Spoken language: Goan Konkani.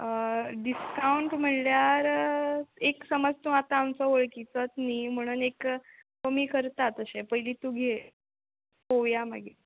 डिसकावंट म्हळ्ळ्यार एक समज तूं आतां आमचो वळखीचोच न्ही म्हणन एक कमी करता तशे पयली तूं घे पळोवया मागीर